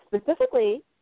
specifically